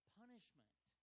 punishment